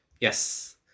Yes